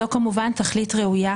זו כמובן תכלית ראויה,